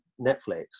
Netflix